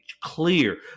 clear